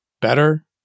better